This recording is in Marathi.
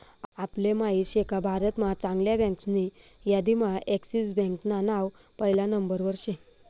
आपले माहित शेका भारत महा चांगल्या बँकासनी यादीम्हा एक्सिस बँकान नाव पहिला नंबरवर शे